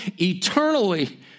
eternally